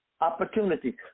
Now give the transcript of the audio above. opportunities